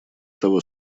того